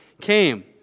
came